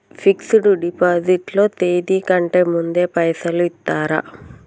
Fix డ్ deposit లో తేది కంటే ముందే పైసలు ఇత్తరా?